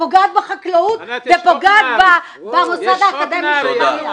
פוגעת בחקלאות ופוגעת במוסד האקדמי --- ענת,